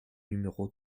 numéro